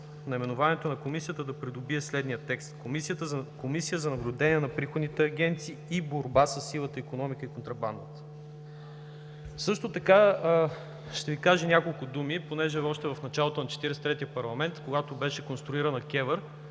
наименованието на Комисията да придобие следния текст: „Комисия за наблюдение на приходните агенции и борба със сивата икономика и контрабандата“. Също така ще Ви кажа няколко думи, понеже още в началото на Четиридесет и третия парламент, когато беше конструирана КЕВР,